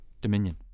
Dominion